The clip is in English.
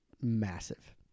massive